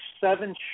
seven